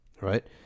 right